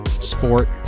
sport